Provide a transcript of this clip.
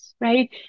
right